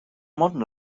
modern